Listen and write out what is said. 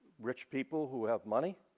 rich people who have money,